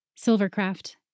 Silvercraft